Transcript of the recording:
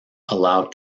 allow